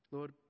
Lord